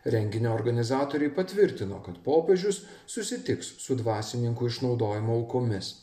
renginio organizatoriai patvirtino kad popiežius susitiks su dvasininkų išnaudojimo aukomis